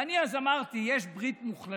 ואני אז אמרתי שיש ברית מוחלשים.